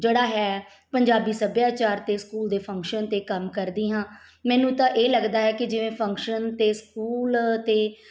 ਜਿਹੜਾ ਹੈ ਪੰਜਾਬੀ ਸੱਭਿਆਚਾਰ ਅਤੇ ਸਕੂਲ ਦੇ ਫੰਕਸ਼ਨ 'ਤੇ ਕੰਮ ਕਰਦੀ ਹਾਂ ਮੈਨੂੰ ਤਾਂ ਇਹ ਲੱਗਦਾ ਹੈ ਕਿ ਜਿਵੇਂ ਫੰਕਸ਼ਨ 'ਤੇ ਸਕੂਲ 'ਤੇ